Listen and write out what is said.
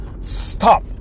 stop